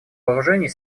вооружений